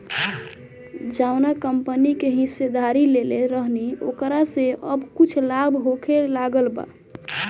जावना कंपनी के हिस्सेदारी लेले रहनी ओकरा से अब कुछ लाभ होखे लागल बा